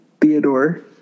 Theodore